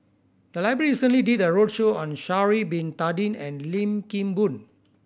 the library recently did a roadshow on Sha'ari Bin Tadin and Lim Kim Boon